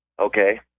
Okay